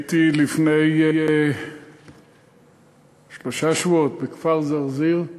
הייתי לפני שלושה שבועות בכפר-זרזיר,